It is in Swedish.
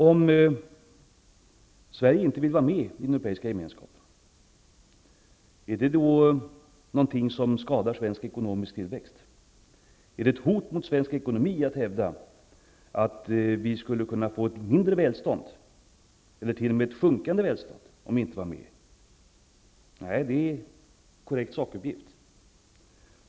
Om Sverige inte vill vara med i den europeiska gemenskapen, kommer det då att skada svensk ekonomisk tillväxt? Är det ett hot mot svensk ekonomi att hävda att vi skulle kunna få ett mindre välstånd, eller t.o.m. ett sjunkande välstånd, om vi inte var med i EG? Nej, det är en korrekt sakuppgift.